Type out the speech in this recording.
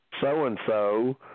so-and-so